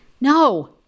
no